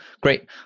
Great